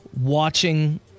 watching